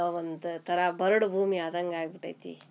ಒಂದು ಥರ ಬರಡು ಭೂಮಿ ಆದಂಗೆ ಆಗ್ಬಿಟೈತಿ